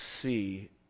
see